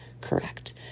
Correct